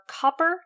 copper